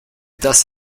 does